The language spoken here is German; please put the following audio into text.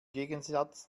gegensatz